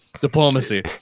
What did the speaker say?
Diplomacy